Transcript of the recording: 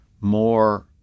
more